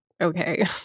okay